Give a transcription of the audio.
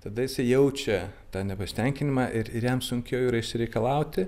tada jisai jaučia tą nepasitenkinimą ir ir jam sunkiau yra išsireikalauti